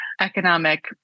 economic